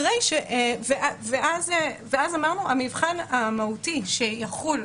ואז אמרנו שהמבחן המהותי שיחול,